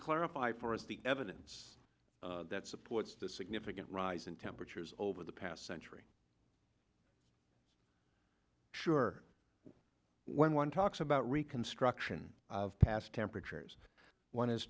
larify for us the evidence that supports the significant rise in temperatures over the past century sure when one talks about reconstruction of past temperatures one is